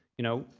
you know,